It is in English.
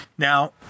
Now